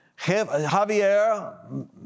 Javier